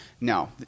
no